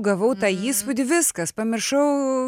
gavau tą įspūdį viskas pamiršau